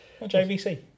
JVC